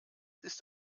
ist